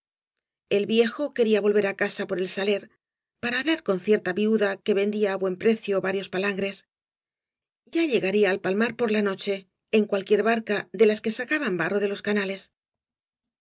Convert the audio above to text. el viejo quería volver á casa por el saler para hablar con cierta viuda que vendía á buen precio varios palangres ya llegaría al palmar por la noche en eualquier barca de las que sacaban barro de loa anales